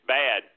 bad